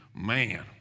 man